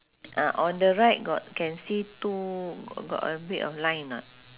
ah on the right got can see two got a bit of line or not